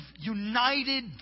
united